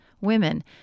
women